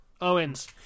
Owens